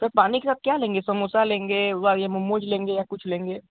sir पानी का क्या लेंगे समोसा लेंगे वो वाले मोमोज लेंगे या कुछ लेंगे